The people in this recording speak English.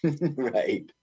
Right